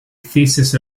thesis